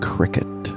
Cricket